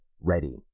ready